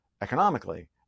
economically